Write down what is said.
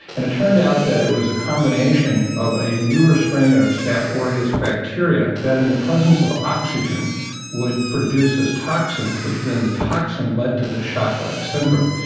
and it turned out that it was a combination of a newer strain of staph ah aureus bacteria that in the presence of oxygen would produce this toxin, and then the toxin led to the shock-like syndrome.